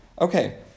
Okay